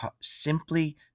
simply